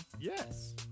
Yes